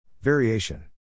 Variation